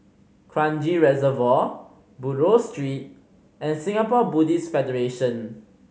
Kranji Reservoir Buroh Street and Singapore Buddhist Federation